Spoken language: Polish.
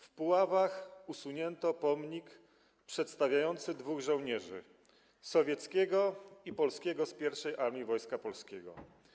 W Puławach usunięto pomnik przedstawiający dwóch żołnierzy: sowieckiego i polskiego z 1. Armii Wojska Polskiego.